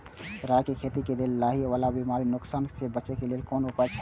राय के खेती करे के लेल लाहि वाला बिमारी स नुकसान स बचे के लेल कोन उपाय छला?